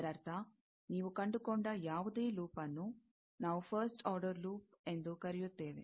ಇದರರ್ಥ ನೀವು ಕಂಡುಕೊಂಡ ಯಾವುದೇ ಲೂಪ್ನ್ನು ನಾವು ಫಸ್ಟ್ ಆರ್ಡರ್ ಲೂಪ್ಎಂದು ಕರೆಯುತ್ತೇವೆ